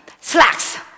slacks